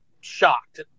shocked